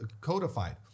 codified